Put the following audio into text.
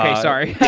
sorry.